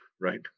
right